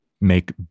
make